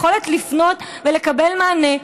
יכולת לפנות ולקבל מענה,